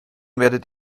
werdet